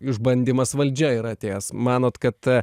išbandymas valdžia yra atėjęs manot kad